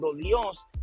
Dios